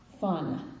fun